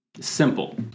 Simple